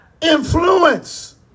influence